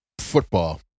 football